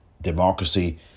democracy